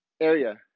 area